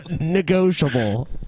negotiable